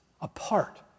apart